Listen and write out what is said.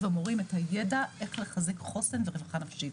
המורים את הידע איך לחזק חוסן ורווחה נפשית.